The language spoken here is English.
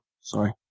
Sorry